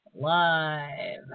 Live